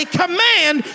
command